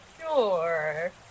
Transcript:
sure